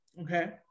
okay